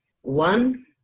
one